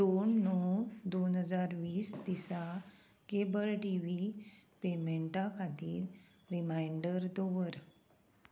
दोन णव दोन हजार वीस दिसा केबल टी व्ही पेमेंटा खातीर रिमांयडर दवर